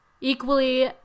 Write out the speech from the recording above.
equally